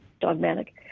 dogmatic